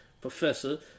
Professor